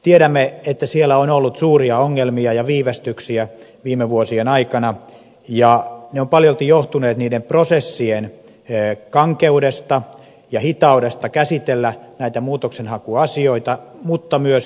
tiedämme että siellä on ollut suuria ongelmia ja viivästyksiä viime vuosien aikana ja ne ovat paljolti johtuneet niiden prosessien kankeudesta ja hitaudesta käsitellä näitä muutoksenhakuasioita mutta myös henkilökuntapulasta